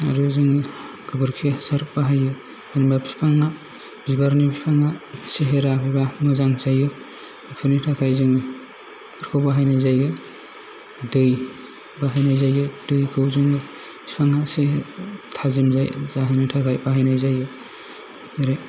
आरो जोङो गोबोरखि हासार बाहायो होनबा बिफाङा बिबारनि बिफाङा सेहेराफोरा मोजां जायो बेनि थाखाय जोङो बेखौ बाहायनाय जायो दै बाहायनाय जायो दैखौ जोङो बिफाङा सेहेरा थाजिम जाहोनो थाखाय बाहायनाय जायो आरो